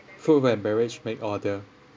food and beverage make order